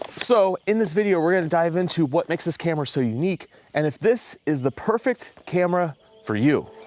so, in this video we're gonna dive into what makes this camera so unique and if this is the perfect camera for you.